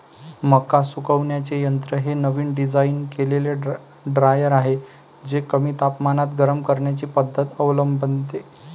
मका सुकवण्याचे यंत्र हे नवीन डिझाइन केलेले ड्रायर आहे जे कमी तापमानात गरम करण्याची पद्धत अवलंबते